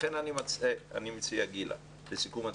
לכן אני מציע, גילה, לסיכום הדברים,